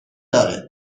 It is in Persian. داره